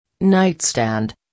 nightstand